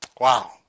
Wow